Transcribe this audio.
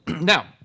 Now